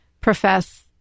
profess